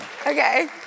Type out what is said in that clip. Okay